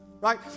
right